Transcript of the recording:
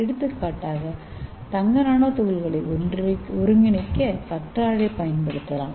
எடுத்துக்காட்டாக தங்க நானோ துகள்களை ஒருங்கிணைக்க கற்றாழை பயன்படுத்தலாம்